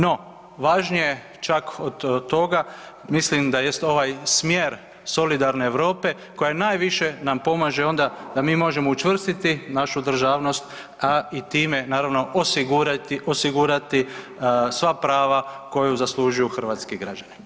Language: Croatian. No važnije čak od toga mislim da jest ovaj smjer solidarne Europe koja najviše nam pomaže onda da mi možemo učvrstiti našu državnost, a i time osigurati sva prava koju zaslužuju hrvatski građani.